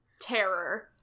terror